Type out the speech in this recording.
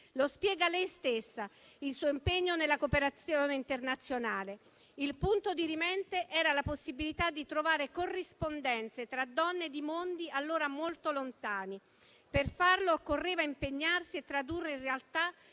Lo spiegò lei stessa il suo impegno nella cooperazione internazionale: il punto dirimente era la possibilità di trovare corrispondenze tra donne di mondi allora molto lontani. Per farlo occorreva impegnarsi e tradurre in realtà